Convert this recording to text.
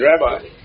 Rabbi